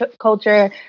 culture